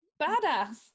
Badass